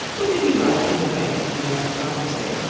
or did he rise from the ranks of the aristocracy?